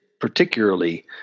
particularly